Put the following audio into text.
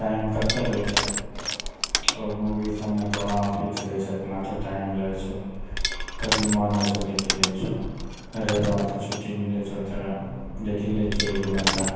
छइ मुवी सबमे फिक्स रहै छौ एतना लै छौ कभी मन होइ छौ देखी लैयऽ छिऔ रविवारके छुट्टी मिलै छौ तऽ देखी लै छियौ एक दू घण्टा